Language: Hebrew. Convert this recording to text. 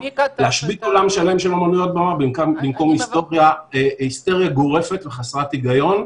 להשבית עולם שלם של אמנויות במה במקום היסטריה גורפת וחסרת היגיון.